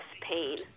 pain